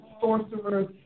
sorcerers